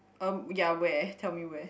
um ya where tell me where